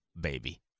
Baby